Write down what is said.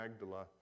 Magdala